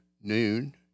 noon